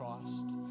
Christ